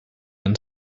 and